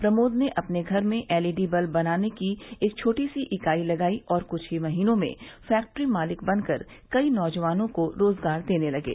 प्रमोद ने अपने घर में एलईडी बल्ब बनाने की छोटी सी ईकाई लगाई और कृछ ही महीनों में फैक्ट्री मालिक बनकर कई नौजवानों को रोजगार देने लगे